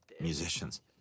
Musicians